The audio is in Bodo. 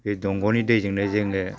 बे दंग'नि दैजोंनो जोङो